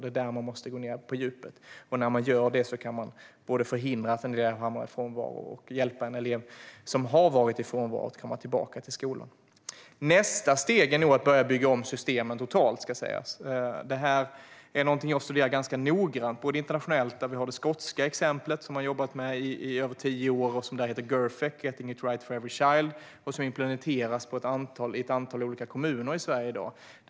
Det är där man måste gå ned på djupet, och när man gör det kan man både förhindra att en elev hamnar i frånvaro och hjälpa en elev som har varit där att komma tillbaka till skolan. Nästa steg är nog att börja bygga om systemen totalt, ska sägas. Detta är något jag har studerat ganska noggrant. Internationellt har vi det skotska exemplet Girfec, Getting it right for every child, som man har jobbat med i över tio år och som implementeras i ett antal olika kommuner i Sverige i dag.